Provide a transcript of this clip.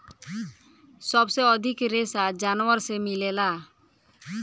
सबसे अधिक रेशा जानवर से मिलेला